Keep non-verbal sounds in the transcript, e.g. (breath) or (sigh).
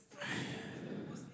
(breath)